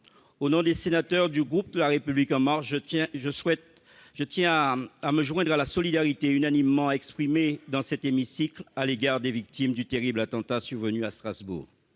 au nom des sénateurs du groupe La République En Marche, je tiens à me joindre à la solidarité unanimement exprimée dans cet hémicycle à l'égard des victimes du terrible attentat survenu à Strasbourg.